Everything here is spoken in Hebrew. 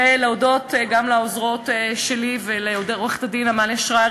ולהודות גם לעוזרות שלי ולעורכת-הדין עמליה שרייר,